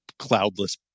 cloudless